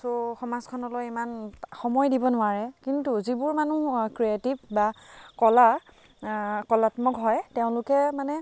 চ' সমাজখনলৈ ইমান সময় দিব নোৱাৰে কিন্তু যিবোৰ মানুহ ক্ৰিয়েটিভ বা কলা কলাত্মক হয় তেওঁলোকে মানে